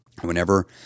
Whenever